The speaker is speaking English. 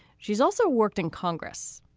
she's also worked in congress.